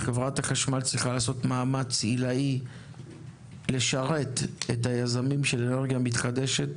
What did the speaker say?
חברת החשמל צריכה לעשות מאמץ עילאי לשרת את היזמים של אנרגיה מתחדשת,